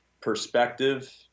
perspective